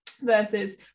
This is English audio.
versus